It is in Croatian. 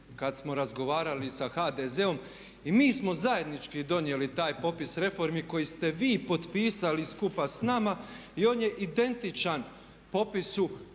kad smo razgovarali sa HDZ-om i mi smo zajednički donijeli taj popis reformi koji ste vi potpisali skupa s nama i on je identičan popisu